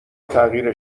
تغییر